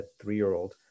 three-year-old